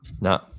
No